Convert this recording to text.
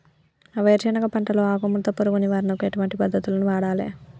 మా వేరుశెనగ పంటలో ఆకుముడత పురుగు నివారణకు ఎటువంటి పద్దతులను వాడాలే?